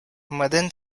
madan